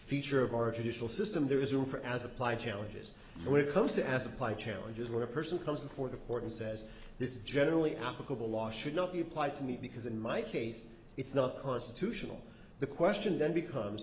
feature of our judicial system there is room for as applied challenges when it comes to as applied challenges when a person comes before the court and says this is generally applicable law should not be applied to me because in my case it's not constitutional the question then becomes